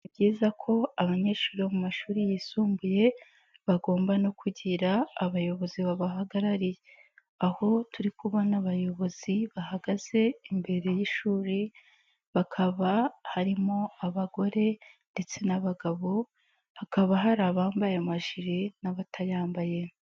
Ni byiza ko abanyeshuri bo mu mashuri yisumbuye bagomba no kugira abayobozi babahagarariye, aho turi kubona abayobozi bahagaze imbere y'ishuri bakaba harimo abagore ndetse n'abagabo, hakaba hari abambaye amajire n'abatayambaye.